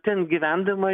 ten gyvendama